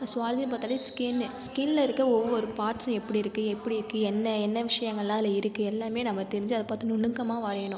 சுவாலஜின்னு பார்த்தாலே ஸ்கின் ஸ்கல்ல இருக்க ஒவ்வொரு பார்ட்ஸும் எப்படி இருக்கு எப்படி இருக்கு என்ன என்ன விஷயங்களாம் அதில் இருக்கு எல்லாம் நம்ம தெரிஞ்சு அதை பார்த்து நுணுக்கமாக வரையணும்